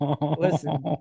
listen